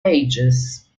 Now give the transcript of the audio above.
ages